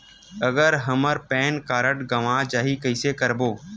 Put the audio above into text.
अगर हमर pan card गवां जाही कइसे करबो?